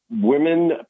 women